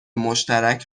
مشترک